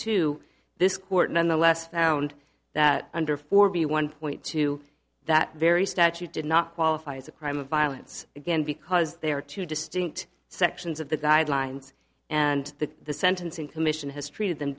two this court nonetheless found that under four b one point two that very statute did not qualify as a crime of violence again because there are two distinct sections of the guidelines and that the sentencing commission has treated them